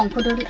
um for the